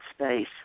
space